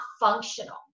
functional